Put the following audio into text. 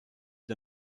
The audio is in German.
der